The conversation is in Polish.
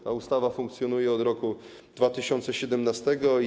Ta ustawa funkcjonuje od roku 2017.